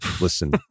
listen